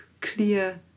clear